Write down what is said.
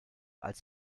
als